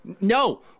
no